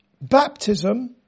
baptism